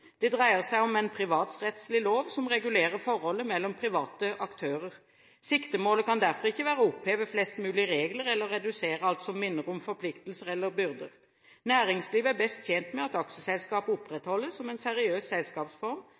Det dreier seg om en privatrettslig lov som regulerer forholdet mellom private aktører. Siktemålet kan derfor ikke være å oppheve flest mulig regler eller redusere alt som minner om forpliktelser eller byrder. Næringslivet er best tjent med at aksjeselskap opprettholdes som en seriøs selskapsform